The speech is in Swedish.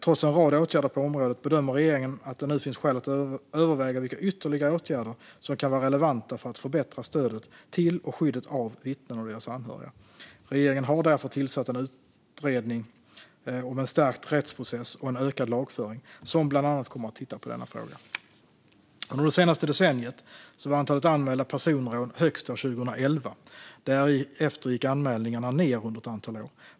Trots en rad åtgärder på området bedömer regeringen att det nu finns skäl att överväga vilka ytterligare åtgärder som kan vara relevanta för att förbättra stödet till och skyddet av vittnen och deras anhöriga. Regeringen har därför tillsatt utredningen En stärkt rättsprocess och en ökad lagföring, som bland annat kommer att titta på denna fråga. Under det senaste decenniet var antalet anmälda personrån högst år 2011. Därefter gick anmälningarna ned under ett antal år.